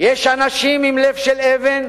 "יש אנשים עם לב של אבן